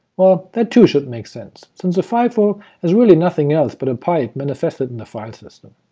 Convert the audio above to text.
well, that too should make sense, since the fifo is really nothing else but a pipe manifested in the file system.